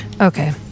Okay